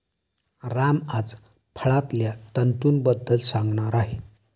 राम आज फळांतल्या तंतूंबद्दल सांगणार आहे